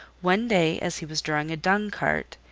one day, as he was drawing a dung-cart,